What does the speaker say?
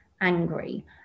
angry